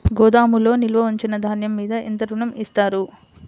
గోదాములో నిల్వ ఉంచిన ధాన్యము మీద ఎంత ఋణం ఇస్తారు?